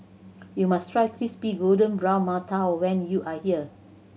you must try crispy golden brown mantou when you are here